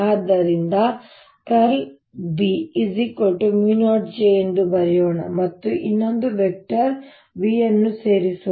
ಆದ್ದರಿಂದ ನಾವು ▽× B μ0 J ಎಂದು ಬರೆಯೋಣ ಮತ್ತು ಇನ್ನೊಂದು ವೆಕ್ಟರ್ v ಅನ್ನು ಸೇರಿಸೋಣ